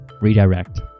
Redirect